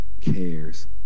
cares